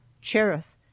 Cherith